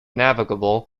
navigable